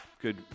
good